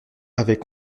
avait